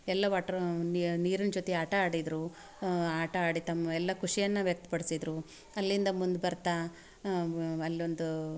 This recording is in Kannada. ಎಲ್ಲ ವಾಟ್ರ್ ನೀರಿನ ಜೊತೆ ಆಟ ಆಡಿದರು ಆಟ ಆಡಿ ತಮ್ಮ ಎಲ್ಲ ಖುಷಿಯನ್ನು ವ್ಯಕ್ತ ಪಡಿಸಿದ್ರು ಅಲ್ಲಿಂದ ಮುಂದೆ ಬರ್ತಾ ಅಲ್ಲೊಂದು